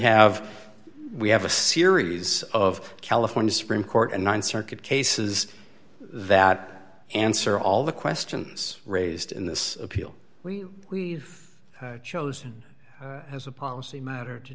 have we have a series of california supreme court and th circuit cases that answer all the questions raised in this appeal we we've chosen as a policy matter to